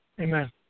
Amen